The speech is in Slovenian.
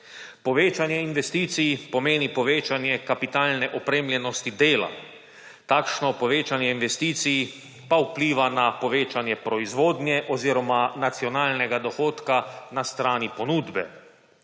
Povečanje investicij pomeni povečanje kapitalne opremljenosti dela. Takšno povečanje investicij pa vpliva na povečanje proizvodnje oziroma nacionalnega dohodka na strani ponudbe.